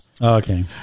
Okay